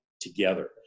together